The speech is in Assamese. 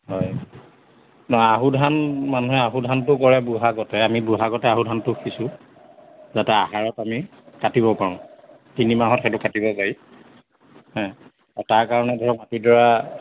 হয় নহয় আহুধান মানুহে আহুধানটো কৰে ব'হাগতে আমি ব'হাগতে আহুধানটো সিচোঁ যাতে আহাৰত আমি কাটিব পাৰোঁ তিনিমাহত সেইটো কাটিব পাৰি হু আৰু তাৰ কাৰণে ধৰক মাটিডৰা